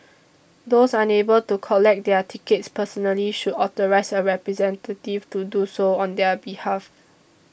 those unable to collect their tickets personally should authorise a representative to do so on their behalf